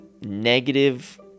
negative